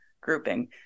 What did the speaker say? grouping